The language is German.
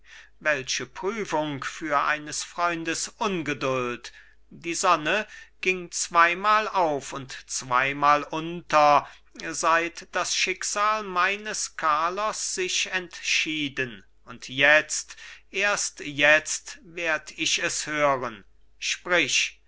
welche prüfung für eines freundes ungeduld die sonne ging zweimal auf und zweimal unter seit das schicksal meines carlos sich entschieden und jetzt erst jetzt werd ich es hören sprich